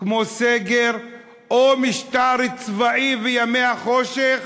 כמו סגר או משטר צבאי וימי החושך,